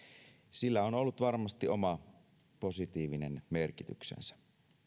sillä on ollut varmasti oma positiivinen merkityksensä